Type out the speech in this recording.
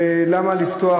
ולמה לפתוח,